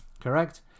correct